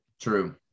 True